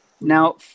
Now